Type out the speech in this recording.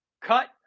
cut